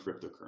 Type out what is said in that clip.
cryptocurrency